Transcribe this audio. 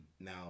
Now